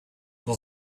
will